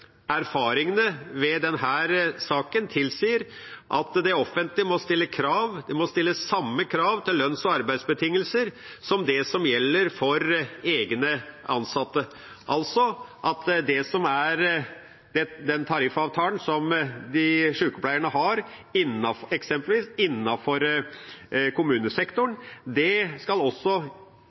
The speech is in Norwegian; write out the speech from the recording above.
erfaringene ved denne saken «tilsier at det offentlige må stille samme krav til lønns- og arbeidsbetingelser som det som gjelder for egne ansatte» – altså at den tariffavtalen som sykepleierne har eksempelvis innenfor kommunesektoren, skal gjelde, og det skal